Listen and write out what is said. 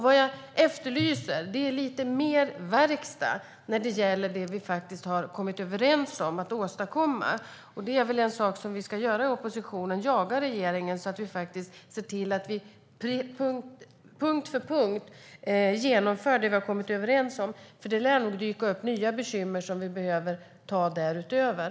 Vad jag efterlyser är lite mer verkstad när det gäller det vi har kommit överens om att åstadkomma, och en av oppositionens uppgifter är att jaga regeringen så att vi punkt för punkt genomför det vi har kommit överens om. Det lär nämligen dyka upp nya bekymmer som vi behöver ta tag i därutöver.